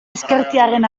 ezkertiarren